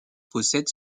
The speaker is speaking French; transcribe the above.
possède